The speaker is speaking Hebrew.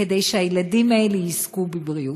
כדי שהילדים האלה יזכו בבריאות.